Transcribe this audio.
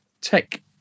tech –